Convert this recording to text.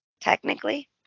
technically